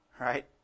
Right